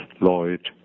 Lloyd